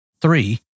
Three